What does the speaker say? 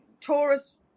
Taurus